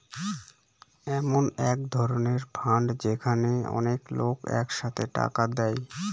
এমন এক ধরনের ফান্ড যেখানে অনেক লোক এক সাথে টাকা দেয়